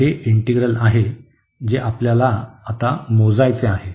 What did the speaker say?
आता हे इंटीग्रल आहे जे आपल्याला आता मोजायचे आहे